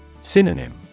Synonym